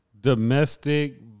domestic